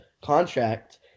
contract